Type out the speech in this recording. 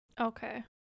okay